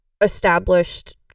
established